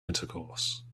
intercourse